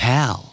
Pal